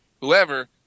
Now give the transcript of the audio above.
whoever